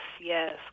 yes